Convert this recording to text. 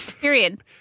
period